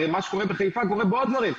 הרי מה שקורה בחיפה, קורה בעוד ערים.